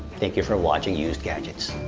thank you for watching used gadgets.